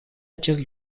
acest